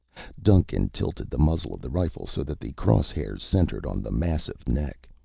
duncan tilted the muzzle of the rifle so that the cross-hairs centered on the massive neck.